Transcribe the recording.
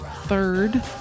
third